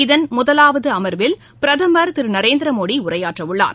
இதன் முதலாவது அமர்வில் பிரதமர் திரு நரேந்திர மோடி உரையாற்றவுள்ளார்